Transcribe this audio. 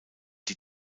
die